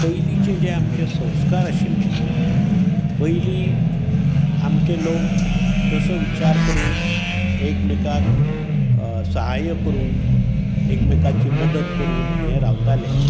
पयलीचे जे आमचे संस्कार आशिल्ले पयली आमचे लोक जसो विचार करून एकमेकांक सहाय्य करून एकमेकाची मदत करून हे रावताले